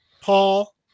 Paul